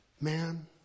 man